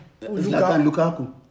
Lukaku